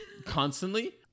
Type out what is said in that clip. Constantly